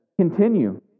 continue